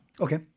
okay